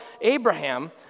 Abraham